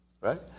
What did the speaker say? right